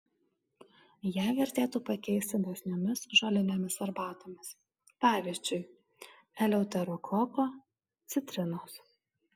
ją vertėtų pakeisti dosniomis žolinėmis arbatomis pavyzdžiui eleuterokoko citrinos